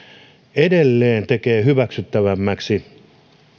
edelleen tekee hyväksyttävämmäksi